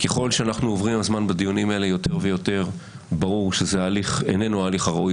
ככל שאנחנו בזמן בדיונים האלה יותר ויותר ברור שזה אינו ההליך הראוי,